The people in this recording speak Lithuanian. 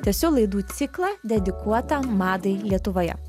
tęsiu laidų ciklą dedikuotą madai lietuvoje